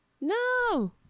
No